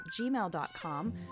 gmail.com